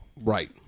Right